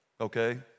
Okay